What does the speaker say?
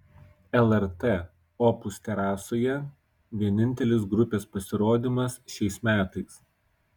lrt opus terasoje vienintelis grupės pasirodymas šiais metais